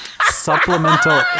supplemental